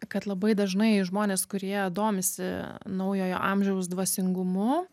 kad labai dažnai žmonės kurie domisi naujojo amžiaus dvasingumu